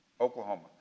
Oklahoma